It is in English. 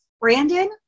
Brandon